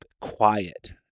quiet